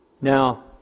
Now